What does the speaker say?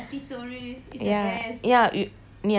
ya you நீ அந்த:nee anthe caverns caverns ah